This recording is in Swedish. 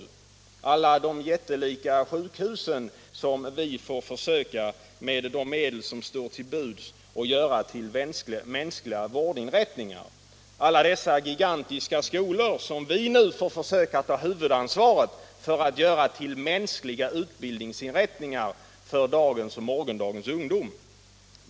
Nu är det som det är med alla de jättelika sjukhusen, som vi får försöka att med de medel som står till buds göra till mänskliga vårdinrättningar. Nu är det som det är med alla dessa gigantiska skolor, som vi får försöka ta huvudansvaret för att göra till mänskliga utbildningsinrättningar för dagens och morgondagens ungdom.